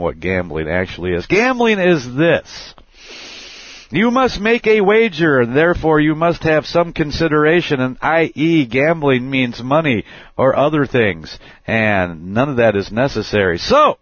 what gambling actually is gambling is this you must make a wager therefore you must have some consideration an i e d gambling means money or other things and none of that is necessary so